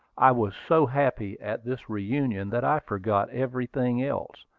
i was so happy at this reunion that i forgot everything else.